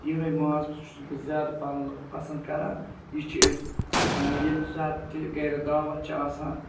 یِہوٚے ماز تہِ چھُس بہٕ زیادٕ پَہَن پَسنٛد کَران یہِ چھِ أسۍ ییٚمہِ ساتہٕ تہِ گَرِ دعوت چھِ آسان